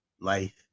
life